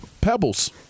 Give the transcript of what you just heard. pebbles